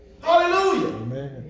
Hallelujah